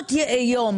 מעונות היום,